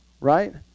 right